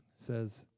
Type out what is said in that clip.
says